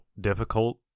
difficult